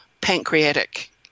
pancreatic